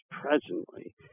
presently